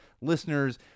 listeners